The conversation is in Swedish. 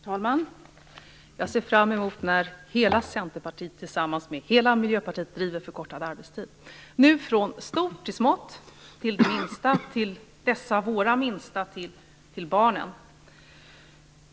Herr talman! Jag ser fram emot när hela Centerpartiet tillsammans med hela Miljöpartiet driver förkortad arbetstid. Nu vill jag gå från stort till smått, till dessa våra minsta, till barnen.